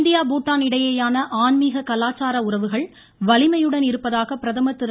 India Bhutan இடையேயான ஆன்மீக கலாச்சார உறவுகள் வலிமையுடன் இருப்பதாக பிரதமர் திரு